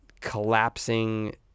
collapsing